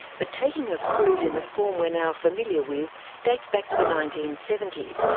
but taking a cruise in the form we're now familiar with dates back to the nineteen seventy s,